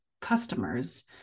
customers